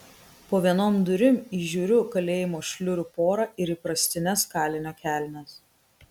po vienom durim įžiūriu kalėjimo šliurių porą ir įprastines kalinio kelnes